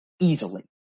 easily